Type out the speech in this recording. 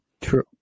true